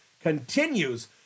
continues